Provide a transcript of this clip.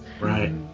Right